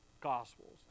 Gospels